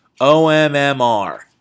OMMR